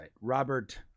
Robert